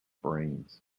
brains